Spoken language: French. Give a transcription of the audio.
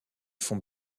fonts